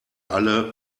alle